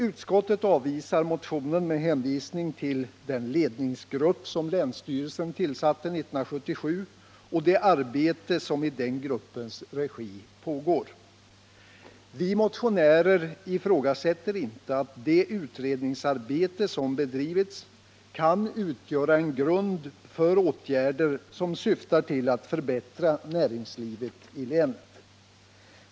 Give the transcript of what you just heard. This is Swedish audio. Utskottet avvisar motionen med hänvisning till den ledningsgrupp som länsstyrelsen tillsatte 1977 och det arbete som i den gruppens regi pågår. Vi motionärer ifrågasätter inte att det utredningsarbete som bedrivits kan utgöra en grund för åtgärder som syftar till att förbättra näringslivet i länet.